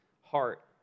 heart